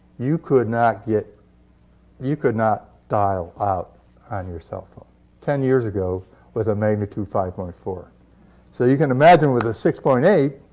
you could not get you could not dial out on your cell phone ten years ago with a magnitude five point four so you can imagine, with a six point eight,